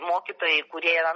mokytojai kurie yra